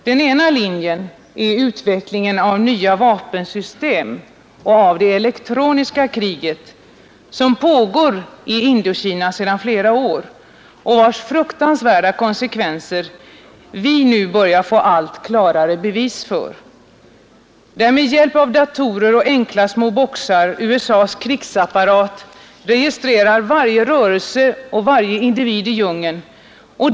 Den ena linjen är utvecklingen av nya vapensystem och av det elektroniska kriget, som pågår i Indokina sedan flera år och vars fruktansvärda konsekvenser vi nu börjar få allt klarare bevis för, där med hjälp av datorer och enkla små boxar USA :s krigsapparat registrerar varje rörelse och varje individ i djungeln.